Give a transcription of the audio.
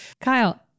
Kyle